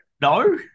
No